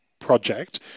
project